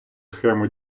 схему